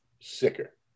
sicker